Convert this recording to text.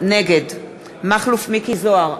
נגד מכלוף מיקי זוהר,